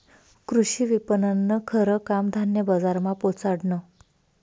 कृषी विपणननं खरं काम धान्य बजारमा पोचाडनं